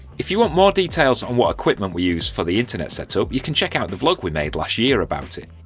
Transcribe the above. if you want more details on what equipment we use for the internet setup, you can check out the vlog we made last year about it.